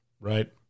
right